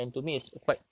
oo